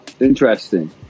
Interesting